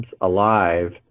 alive